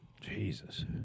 Jesus